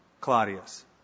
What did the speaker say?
Claudius